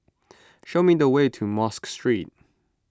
show me the way to Mosque Street